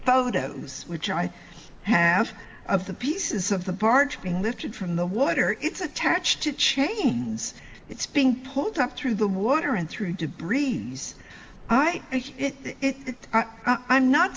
photos which i have of the pieces of the barge being lifted from the water it's attached to chains it's being pulled up through the water and through debris i write it i'm not